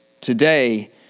today